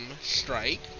strike